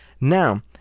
Now